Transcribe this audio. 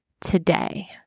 today